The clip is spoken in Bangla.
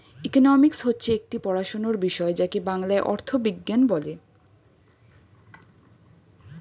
ইকোনমিক্স হচ্ছে একটি পড়াশোনার বিষয় যাকে বাংলায় অর্থবিজ্ঞান বলে